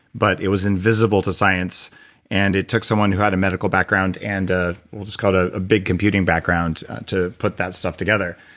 but it was invisible to science and it took someone who had a medical background and a. we'll just call it ah a big computing background, to put that stuff together.